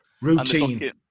Routine